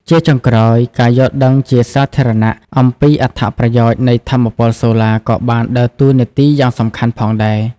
ជាចុងក្រោយ ការយល់ដឹងជាសាធារណៈ អំពីអត្ថប្រយោជន៍នៃថាមពលសូឡាក៏បានដើរតួនាទីយ៉ាងសំខាន់ផងដែរ។